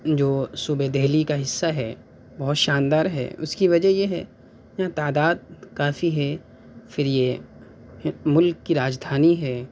جو صوبے دہلی کا حصّہ ہے بہت شاندار ہے اُس کی وجہ یہ ہے یہاں تعداد کافی ہے پھر یہ مُلک کی راجدھانی ہے